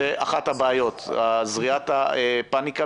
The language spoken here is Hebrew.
זו אחת הבעיות זריעת הפניקה,